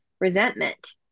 resentment